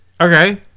Okay